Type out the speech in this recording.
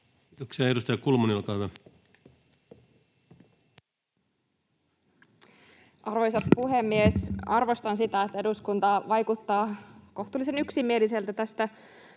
lentokentän alueelle Time: 13:06 Content: Arvoisa puhemies! Arvostan sitä, että eduskunta vaikuttaa kohtuullisen yksimieliseltä tästä